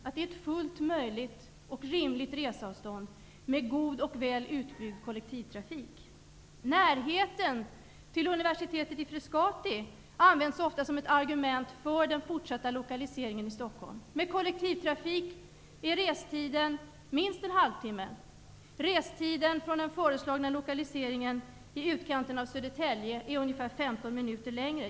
Det är ett fullt möjligt och rimligt resavstånd, med god och väl utbyggd kollektivtrafik. Närheten till universitetet i Frescati används ofta som ett argument för den fortsatta lokaliseringen i Stockholm. Med kollektivtrafik är restiden minst en halvtimme. Restiden från den föreslagna lokaliseringen i utkanten av Södertälje är ungefär 15 minuter längre.